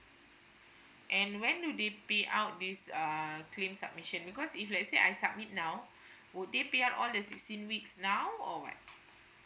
and when do they payout this err claim submission because if let's say I submit now would they payout all the sixteen weeks now or what